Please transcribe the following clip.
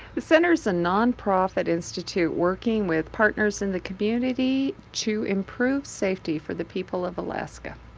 the center's a nonprofit institute working with partners in the community to improve safety for the people of alaska.